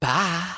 Bye